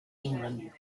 england